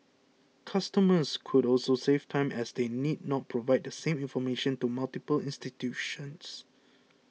customers could also save time as they need not provide the same information to multiple institutions